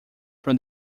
from